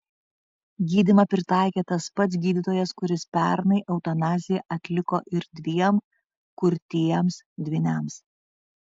gydymą pritaikė tas pats gydytojas kuris pernai eutanaziją atliko ir dviem kurtiems dvyniams